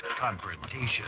confrontation